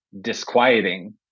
disquieting